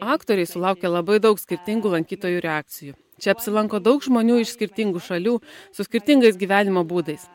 aktoriai sulaukia labai daug skirtingų lankytojų reakcijų čia apsilanko daug žmonių iš skirtingų šalių su skirtingais gyvenimo būdais